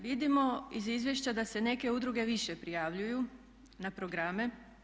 Vidimo iz izvješća da se neke udruge više prijavljuju na programe.